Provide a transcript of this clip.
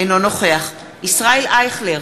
אינו נוכח ישראל אייכלר,